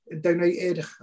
donated